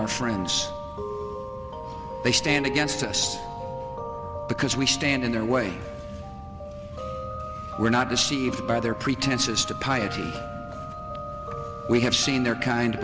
our friends they stand against us because we stand in their way we're not deceived by their pretenses to piety we have seen their kind